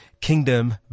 Kingdom